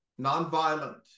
nonviolent